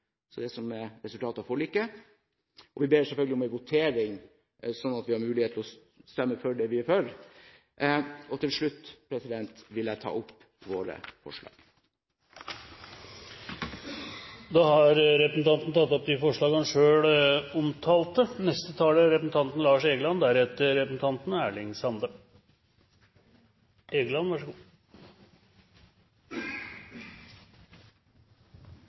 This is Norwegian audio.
så vidt innstillingens I, II, III, VIII, X, XI, XII og XIII, altså det som er resultatet av forliket, og vi ber om en votering som gir muligheter til å stemme for det vi er for. Til slutt vil jeg ta opp Fremskrittspartiets forslag. Representanten Per-Willy Amundsen har tatt opp de forslagene han